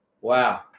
wow